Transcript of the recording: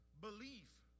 belief